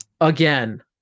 Again